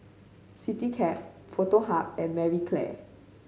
Citycab Foto Hub and Marie Claire